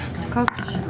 it's cocked.